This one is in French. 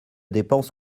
dépenses